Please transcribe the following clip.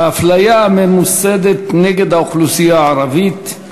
האפליה הממוסדת נגד האוכלוסייה הערבית,